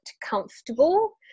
comfortable